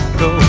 go